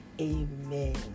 Amen